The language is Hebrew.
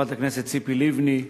חברת הכנסת ציפי לבני,